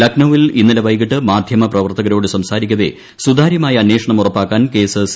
ലക്നൌവിൽ ഇന്നലെ വൈകിട്ട് മാധ്യമപ്രവർത്തകരോട് സംസാരിക്കവേ സുതാര്യമായ അന്ദ്ധേഷ്ടണ്ം ഉറപ്പാക്കാൻ കേസ് സി